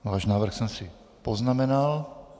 Váš návrh jsem si poznamenal.